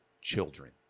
children